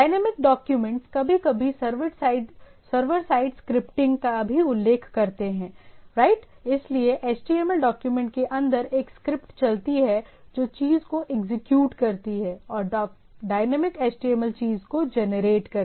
dynamic document कभी कभी server side scripting का भी उल्लेख करते हैं राइट इसलिए HTML डॉक्यूमेंट के अंदर एक स्क्रिप्ट चलती है जो चीज़ को एग्जीक्यूट करती है और डायनामिक HTML चीज़ को जनरेट करती है